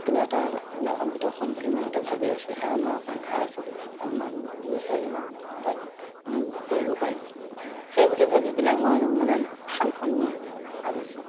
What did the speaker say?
কিবা এটা লাভান্বিত হ'ম বুলি মনতে ভাবি আছোঁ সেয়া মোৰ আকাংক্ষাও আছে আৰু মই দুই চাৰিজনক তাত নিয়োগো কৰিব পাৰিম সেই বুলি ভাবি পেলাই মই মানে শালখন আনিছোঁ